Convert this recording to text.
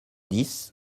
dix